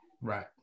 Right